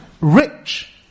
rich